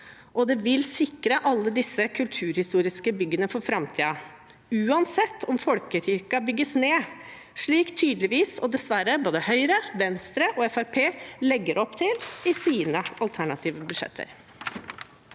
og det vil sikre alle disse kulturhistoriske byggene for framtiden, uansett om folkekirken bygges ned, slik tydeligvis, og dessverre, både Høyre, Venstre og Fremskrittspartiet legger opp til i sine alternative budsjetter.